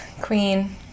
Queen